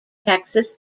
texas